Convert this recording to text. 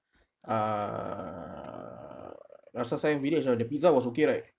err rasa sayang village you know the pizza was okay right